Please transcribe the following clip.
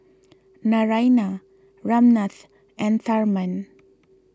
Naraina Ramnath and Tharman